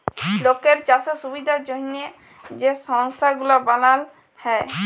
লকের চাষের সুবিধার জ্যনহে যে সংস্থা গুলা বালাল হ্যয়